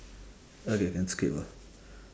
okay can skip ah